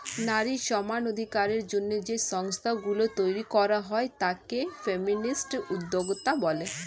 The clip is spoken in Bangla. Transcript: নারী সমানাধিকারের জন্য যে সংস্থা গুলো তৈরী করা হয় তাকে ফেমিনিস্ট উদ্যোক্তা বলে